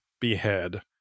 behead